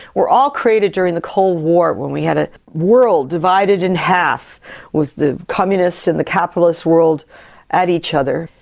were all created during the cold war when we had a world divided in half with the communist and the capitalist world at each other,